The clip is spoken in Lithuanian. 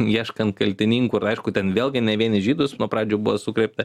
ieškant kaltininkų ir aišku ten vėlgi ne vien į žydus nuo pradžių buvo sukreipta